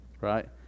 Right